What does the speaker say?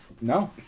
No